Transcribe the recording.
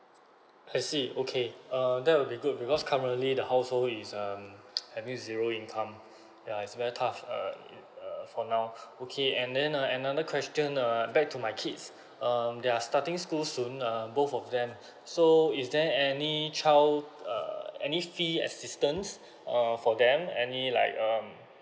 I see okay err that will be good because currently the household is um having zero income yeah it's very tough uh uh for now okay and then uh another question uh back to my kids um there are starting school soon uh both of them so is there any child err any fee assistance err for them any like um